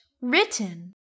written